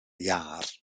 iâr